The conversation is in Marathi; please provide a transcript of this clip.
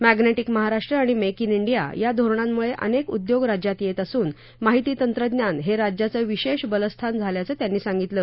मॅग्नेटिक महाराष्ट्र आणि मेक जे डिया या धोरणांमुळे अनेक उद्योग राज्यात येत असून माहिती तंत्रज्ञान हे राज्याचं विशेष बलस्थान झाल्याचं त्यांनी सांगितलं